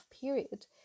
period